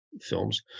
films